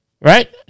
Right